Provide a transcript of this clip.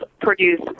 produce